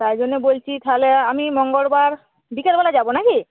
তাই জন্য বলছি তাহলে আমি মঙ্গলবার বিকালবেলা যাব না কি